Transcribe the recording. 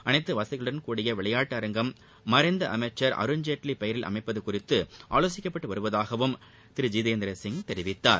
அனைத்து வசதிகளுடன் கூடிய விளையாட்டு அரங்கம் மறைந்த அமைச்சர் அருண்ஜேட்லி பெயரில் அமைப்பது குறித்து ஆலோசிக்கப்பட்டு வருவதாகவும் திரு ஜிதேந்திரசிங் தெரிவித்தார்